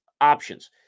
options